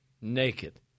Naked